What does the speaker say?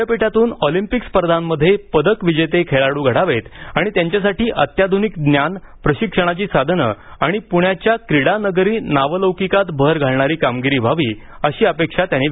विद्यापीठातून ऑलिंपिक स्पर्धांमध्ये पदक विजेते खेळाडू घडावेत आणि त्यांच्यासाठी अत्याधुनिक ज्ञान प्रशिक्षणाची साधनं आणि पुण्याच्या क्रीडानगरी नावलौकिकात भर घालणारी कामगिरी व्हावी अशी अपेक्षा त्यांनी व्यक्त केली